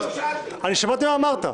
שמעתי מה אמרת.